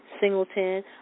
Singleton